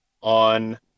on